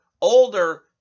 older